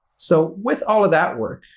so with all of that work,